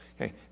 Okay